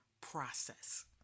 process